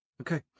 Okay